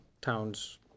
towns